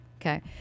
Okay